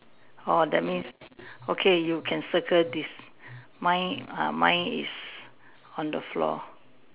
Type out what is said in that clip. oh that means okay you can circle this mine uh mine is on the floor